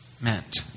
meant